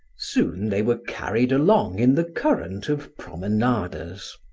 soon they were carried along in the current of promenaders.